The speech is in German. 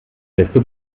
desto